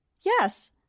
Yes